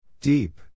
Deep